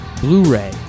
blu-ray